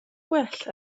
gwell